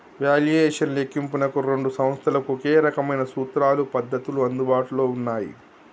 valuation లెక్కింపునకు రెండు సంస్థలకు ఒకే రకమైన సూత్రాలు, పద్ధతులు అందుబాటులో ఉన్నయ్యి